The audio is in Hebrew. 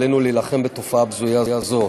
עלינו להילחם בתופעה בזויה זו.